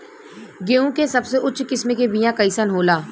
गेहूँ के सबसे उच्च किस्म के बीया कैसन होला?